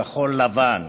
כחול-לבן,